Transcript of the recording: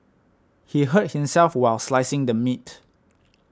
he hurt himself while slicing the meat